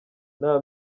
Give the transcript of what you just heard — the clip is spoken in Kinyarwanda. nta